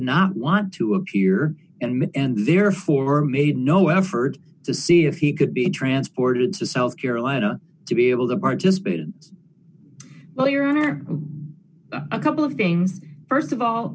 not want to appear and therefore made no effort to see if he could be transported to south carolina to be able to participate and well your honor a couple of games st of all